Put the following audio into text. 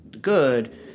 good